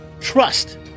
Trust